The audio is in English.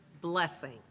blessing